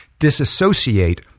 disassociate